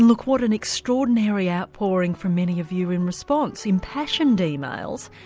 look what an extraordinary outpouring from many of you in response impassioned emails,